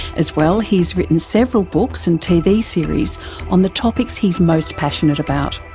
as well, he's written several books and tv series on the topics he's most passionate about.